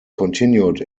continued